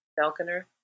Falconer